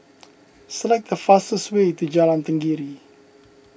select the fastest way to Jalan Tenggiri